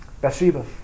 Bathsheba